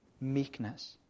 meekness